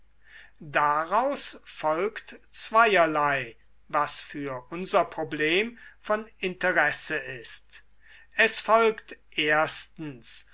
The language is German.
daraus folgt zweierlei was für unser problem von interesse ist es folgt erstens